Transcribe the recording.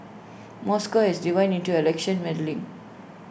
Moscow has denied any election meddling